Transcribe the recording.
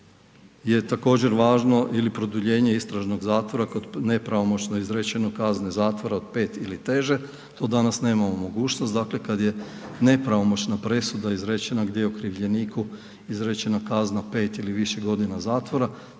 je također važno ili produljenje istražnog zatvora kod nepravomoćno izrečene kazne zatvora od pet ili teže. To danas nemamo mogućnost, dakle kada je nepravomoćna presuda izrečena gdje je okrivljeniku izrečena kazna pet ili više godina zatvora,